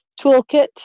toolkit